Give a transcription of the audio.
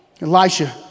Elisha